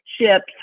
ships